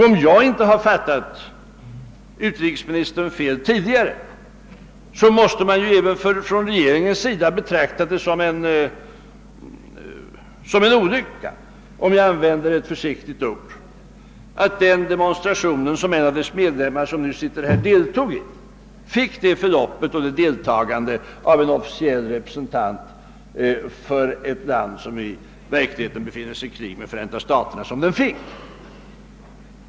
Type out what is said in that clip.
Om jag inte har fattat utrikesministern fel tidigare måste även regeringen betrakta det som en olycka — för att använda ett försiktigt ord — att den demonstration i vilken en av dess medlemmar deltog fick ett sådant förlopp och att en officiell representant för ett land som i verkligheten befinner sig i krig med Förenta staterna deltog i den.